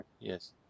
Yes